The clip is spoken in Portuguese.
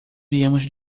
viemos